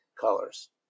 colors